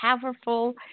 powerful